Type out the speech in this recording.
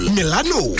Milano